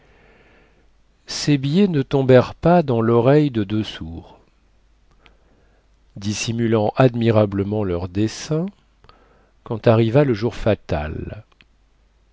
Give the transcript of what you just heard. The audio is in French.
ces billets ne tombèrent pas dans loreille de deux sourds dissimulant admirablement leurs desseins quand arriva le fatal